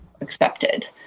accepted